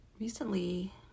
Recently